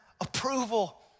approval